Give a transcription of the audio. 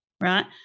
right